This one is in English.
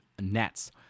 Nets